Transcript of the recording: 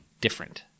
Different